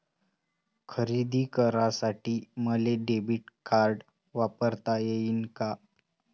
खरेदी करासाठी मले डेबिट कार्ड वापरता येईन का?